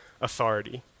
authority